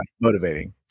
motivating